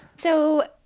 so